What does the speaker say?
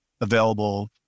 available